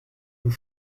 nous